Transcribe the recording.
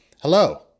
hello